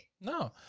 No